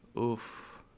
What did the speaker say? Oof